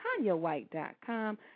TanyaWhite.com